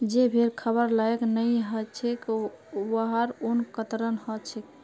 जे भेड़ खबार लायक नई ह छेक वहार ऊन कतरन ह छेक